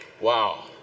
Wow